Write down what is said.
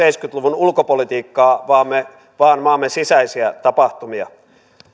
luvun ulkopolitiikkaa vaan maamme sisäisiä tapahtumia